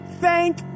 thank